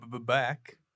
back